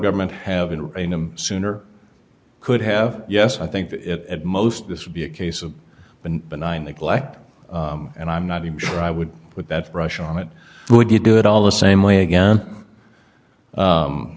government have in rein him sooner could have yes i think at most this would be a case of benign neglect and i'm not even sure i would put that rush on it would you do it all the same way again